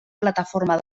plataforma